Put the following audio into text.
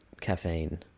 caffeine